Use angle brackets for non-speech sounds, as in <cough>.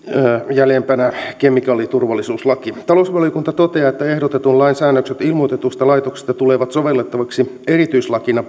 jäljempänä kemikaaliturvallisuuslaki talousvaliokunta toteaa että ehdotetun lain säännökset ilmoitetuista laitoksista tulevat sovellettaviksi erityislakina <unintelligible>